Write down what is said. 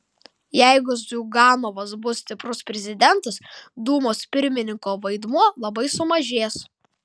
jeigu ziuganovas bus stiprus prezidentas dūmos pirmininko vaidmuo labai sumažės